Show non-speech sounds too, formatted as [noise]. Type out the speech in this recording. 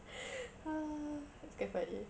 [breath] ah that's quite funny